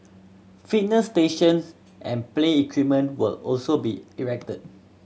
fitness stations and play equipment will also be erected